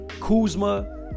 Kuzma